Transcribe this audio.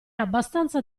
abbastanza